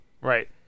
right